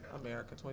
America